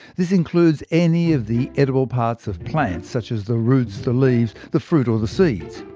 this includes any of the edible parts of plants such as the roots, the leaves, the fruit, or the seeds.